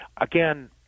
Again